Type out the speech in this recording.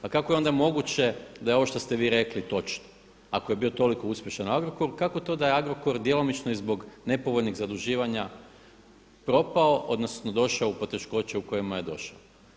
Pa kako je onda moguće da je ovo što ste vi rekli točno ako je bio toliko uspješan u Agrokoru, kako to da je Agrokor djelomično i zbog nepovoljnih zaduživanja propao odnosno došao u poteškoće u kojima je došao.